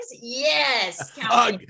Yes